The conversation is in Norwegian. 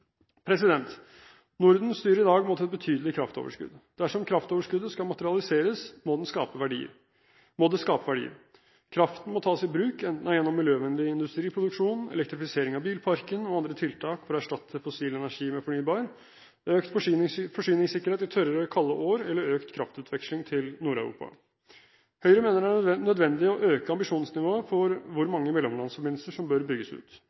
Norden styrer i dag mot et betydelig kraftoverskudd. Dersom kraftoverskuddet skal materialiseres, må det skape verdier. Kraften må tas i bruk, enten det er gjennom miljøvennlig industriproduksjon, elektrifisering av bilparken og andre tiltak for å erstatte fossil energi med fornybar, økt forsyningssikkerhet i tørre, kalde år eller økt kraftutveksling til Nord-Europa. Høyre mener det er nødvendig å øke ambisjonsnivået for hvor mange mellomlandsforbindelser som bør bygges ut.